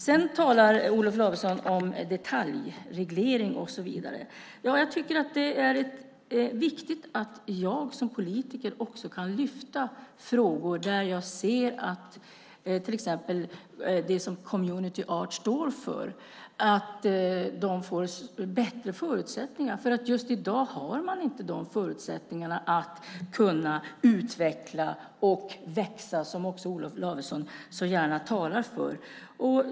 Sedan talar Olof Lavesson om detaljreglering och så vidare. Ja, jag tycker att det är viktigt att jag som politiker också kan lyfta upp frågor, till exempel där jag ser att det som community art står för ska få bättre förutsättningar. Just i dag har man inte de förutsättningarna att utvecklas och växa, som Olof Lavesson så gärna talar för.